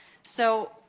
so,